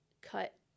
cut